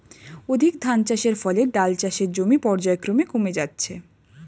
অধিক ধানচাষের ফলে ডাল চাষের জমি পর্যায়ক্রমে কমে যাচ্ছে